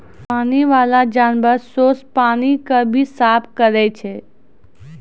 पानी बाला जानवर सोस पानी के भी साफ करै छै